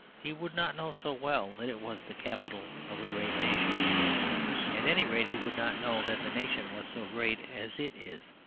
he would not know so well that it was the capital of a great nation at any rate, he would not know that the nation was so great as it is.